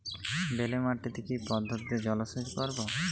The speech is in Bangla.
বেলে মাটিতে কি পদ্ধতিতে জলসেচ করব?